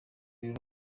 rero